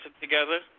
together